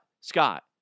Scott